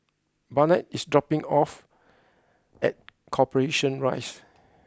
Barnett is dropping off at Corporation Rise